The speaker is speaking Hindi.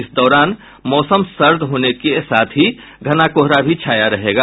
इस दौरान मौसम सर्द होने के साथ ही घना कोहरा भी छाया रहेगा